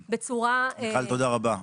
מיכל, תודה רבה.